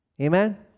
Amen